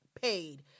paid